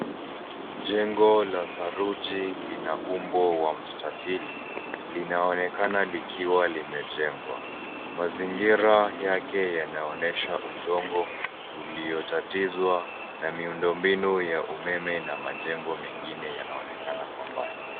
Jengo la saruji lina umbo wa mstatili. Linaonekana likiwa limejengwa. Mazingira yake yanaonyesha udongo uliotatizwa na miundo mbinu ya umeme na majengo mengine yanaonekana kwa mbali.